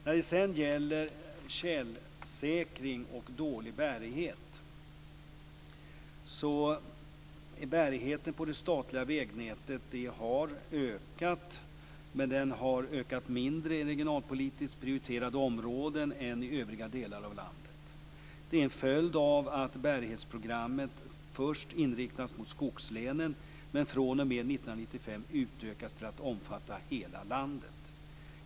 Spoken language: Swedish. När det sedan gäller tjälsäkring och dålig bärighet vill jag säga att bärigheten på det statliga vägnätet har ökat, men den har ökat mindre i regionalpolitiskt prioriterade områden än i övriga delar av landet. Det är en följd av att bärighetsprogrammet först inriktades mot skogslänen, men fr.o.m. 1995 utökades det till att omfatta hela landet.